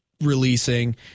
releasing